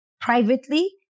privately